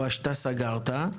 או שאתה סגרת,